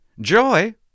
joy